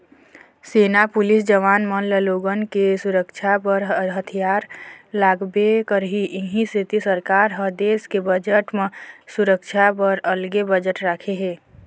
सेना, पुलिस जवान मन ल लोगन के सुरक्छा बर हथियार लागबे करही इहीं सेती सरकार ह देस के बजट म सुरक्छा बर अलगे बजट राखे हे